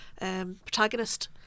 protagonist